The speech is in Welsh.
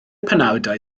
penawdau